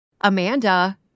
Amanda